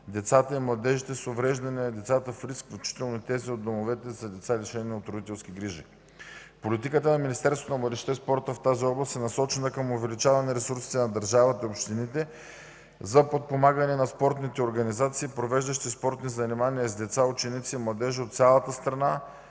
децата и младежите с увреждания, децата в риск, включително и тези от домовете за деца, лишени от родителски грижи. Политиката на Министерството на младежта и спорта в тази област е насочена към увеличаване ресурсите на държавата и общините за подпомагане на спортните организации, провеждащи спортни занимания с деца, ученици и младежи от цялата страна,